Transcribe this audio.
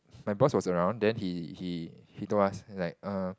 my boss was around then he he he told us he's like err